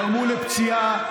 גרמו לפציעה,